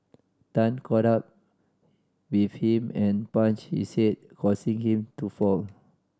Tan caught up with him and punched his head causing him to fall